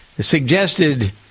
suggested